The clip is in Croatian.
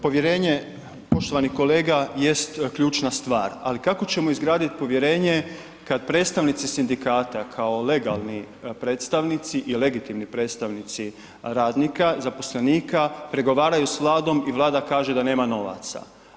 Povjerenje poštovani kolega jest ključna stvar, ali kako ćemo izgraditi povjerenje kada predstavnici sindikata kao legalni predstavnici i legitimni predstavnici radnika, zaposlenika pregovaraju s Vladom i Vlada kaže da nema novaca.